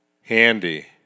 Handy